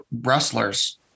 wrestlers